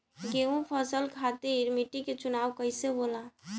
गेंहू फसल खातिर मिट्टी के चुनाव कईसे होला?